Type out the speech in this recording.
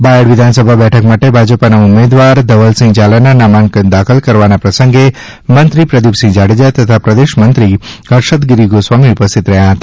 બાયડ વિધાનસભા બેઠક માટે ભાજપાના ઉમેદવાર શ્રી ધવલસિંહ ઝાલાના નામાંકન દાખલ કરવાના પ્રસંગે મંત્રીશ્રી પ્રદીપસિંહ જાડેજા તથા પ્રદેશ મંત્રીશ્રી હર્ષદગીરી ગોસ્વામી ઉપસ્થિત રહ્યા હતા